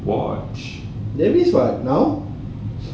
there is what now